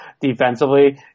defensively